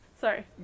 Sorry